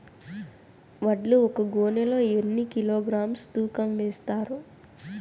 వడ్లు ఒక గోనె లో ఎన్ని కిలోగ్రామ్స్ తూకం వేస్తారు?